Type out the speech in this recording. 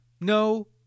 No